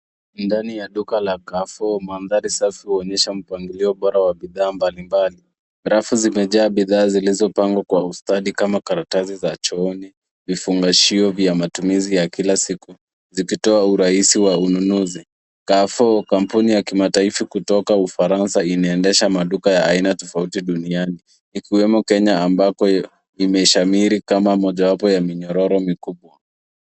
Ndani ya duka la carrefour mandhari safi huonyesha mpangilio bora wa bidhaa mbalimbali. Rafu zimejaa bidhaa zilizopangwa kwa ustadi kama karatasi za chooni, vifungashio vya matumizi ya kila siku, zikitoa uraisi wa ununuzi. Carrefour, kampuni ya kimataifa kutoka Ufaransa inaendesha maduka ya aina tofauti duniani ikiwemo Kenya ambako imeshamiri kama mojawapo ya minyororo mikubwa.